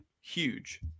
huge